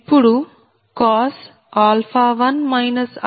ఇప్పుడు1 20 1